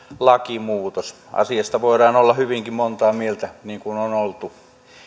lakimuutos asiasta voidaan olla hyvinkin montaa mieltä niin kuin on oltu